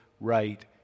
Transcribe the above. right